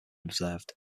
observed